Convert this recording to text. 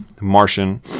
Martian